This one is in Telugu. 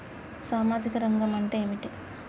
సామాజిక రంగం అంటే ఏమిటి?